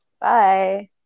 Bye